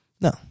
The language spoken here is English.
No